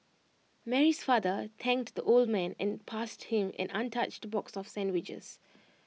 Mary's father thanked the old man and passed him an untouched box of sandwiches